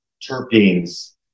terpenes